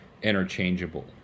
interchangeable